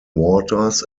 waters